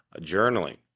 journaling